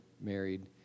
Married